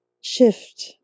shift